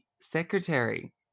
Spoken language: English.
secretary